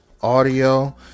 audio